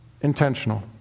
intentional